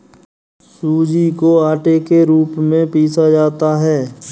सूजी को आटे के रूप में पीसा जाता है